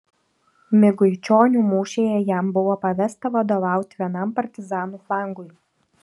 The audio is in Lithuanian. miguičionių mūšyje jam buvo pavesta vadovauti vienam partizanų flangui